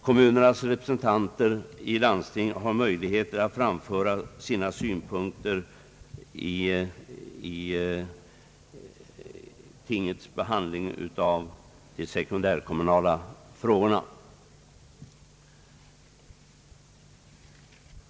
Kommunernas representanter i landstinget har möjlighet att framföra sina synpunkter vid landstingets behandling av de sekundärkommunala frågorna.